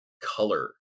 color